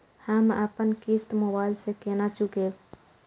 हम अपन किस्त मोबाइल से केना चूकेब?